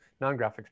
non-graphics